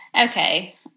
Okay